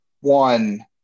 one